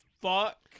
fuck